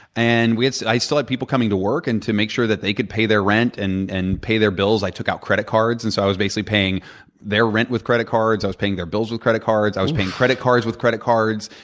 and i still had people coming to work. and to make sure that they could pay their rent and and pay their bills, i took out credit cards. and so i was, basically, paying their rent with credit cards. i was paying their bills with credit cards. i was paying credit cards with credit cards.